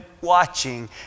watching